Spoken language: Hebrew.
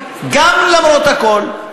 גם למרות הכול,